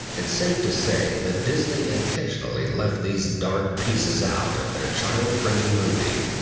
it's safe to say that disney intentionally left these dark pieces out of their child-friendly movie,